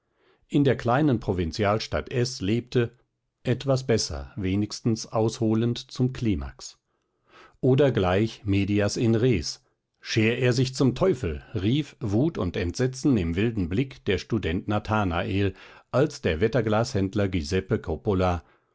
in der kleinen provinzialstadt s lebte etwas besser wenigstens ausholend zum klimax oder gleich medias in res scher er sich zum teufel rief wut und entsetzen im wilden blick der student nathanael als der wetterglashändler giuseppe coppola